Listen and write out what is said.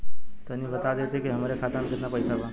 तनि बता देती की हमरे खाता में कितना पैसा बा?